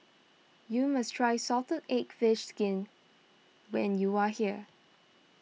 you must try Salted Egg Fish Skin when you are here